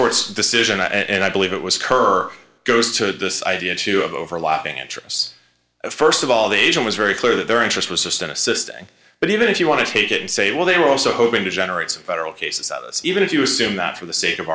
court's decision and i believe it was her goes to this idea too of overlapping interests st of all the agent was very clear that their interest was just in assisting but even if you want to take it and say well they were also hoping to generate some federal cases even if you assume that for the sake of